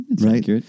Right